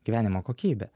gyvenimo kokybe